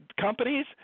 companies